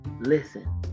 listen